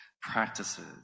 practices